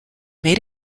made